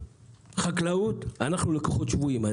בחקלאות אנחנו לקוחות שבויים.